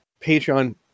Patreon